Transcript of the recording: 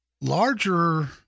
larger